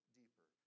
deeper